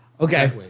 Okay